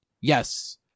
Yes